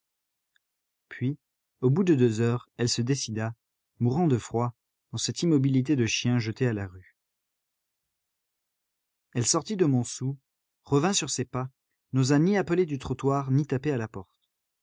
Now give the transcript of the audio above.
puis au bout de deux heures elle se décida mourant de froid dans cette immobilité de chien jeté à la rue elle sortit de montsou revint sur ses pas n'osa ni appeler du trottoir ni taper à la porte